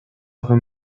avem